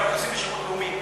אנחנו יוצאים לשירות לאומי.